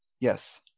yes